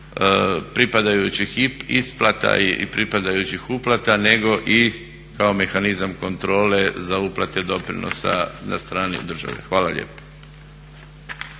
pripadajućih isplata, i pripadajućih uplata nego i kao mehanizam kontrole za uplate doprinosa na strani države. Hvala lijepo.